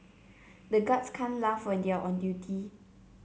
the guards can't laugh when they are on duty